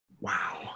Wow